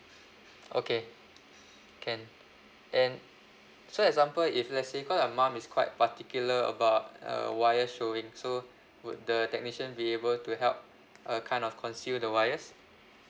okay can and so example if let's say because my mom is quite particular about a wire showing so would the technician be able to help uh kind of conceal the wires